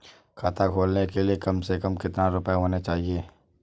खाता खोलने के लिए कम से कम कितना रूपए होने चाहिए?